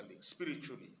spiritually